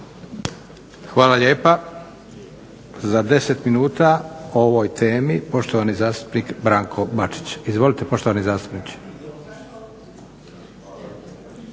Hvala lijepa. Za deset minuta o ovoj temi poštovani zastupnik Branko Bačić. Izvolite poštovani zastupniče.